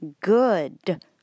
good